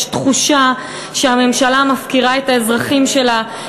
יש תחושה שהממשלה מפקירה את האזרחים שלה,